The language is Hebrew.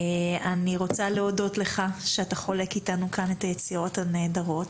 אני רוצה להודות לך שאתה חולק אתנו כאן את היצירות הנהדרות,